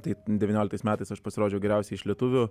tai devynioliktais metais aš pasirodžiau geriausiai iš lietuvių